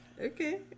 Okay